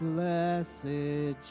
Blessed